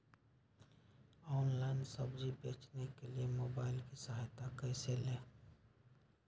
Online सब्जी बेचने के लिए मोबाईल की सहायता कैसे ले?